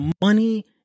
money